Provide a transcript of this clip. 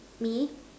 me